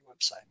website